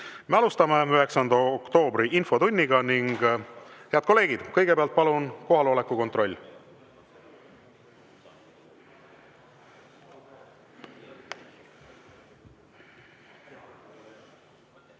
Me alustame 9. oktoobri infotundi. Head kolleegid, kõigepealt palun kohaloleku kontroll!